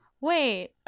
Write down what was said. Wait